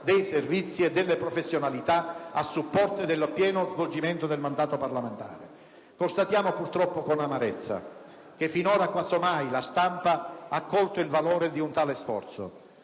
dei servizi e delle professionalità a supporto del pieno svolgimento del mandato parlamentare. Constatiamo purtroppo con amarezza che finora quasi mai la stampa ha colto il valore di un tale sforzo,